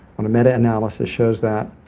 um a metaanalysis shows that.